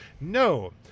No